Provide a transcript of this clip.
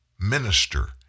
minister